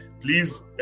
please